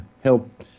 help